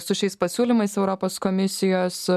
su šiais pasiūlymais europos komisijos